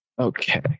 okay